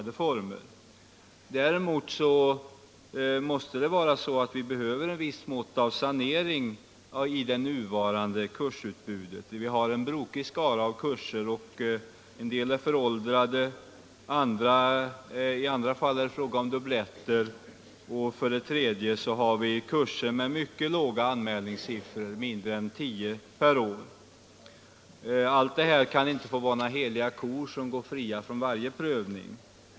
Däremot behöver vi en viss sanering av det nuvarande kursutbudet. Vi har en brokig skara av kurser. En del är föråldrade, i andra fall är det fråga om dubbletter och ytterligare en del kurser har mycket låga anmälningssiffror — mindre än tio deltagare per år. — De här kurserna kan inte få vara heliga kor, som går fria från varje prövning.